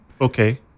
Okay